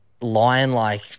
lion-like